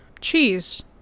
cheese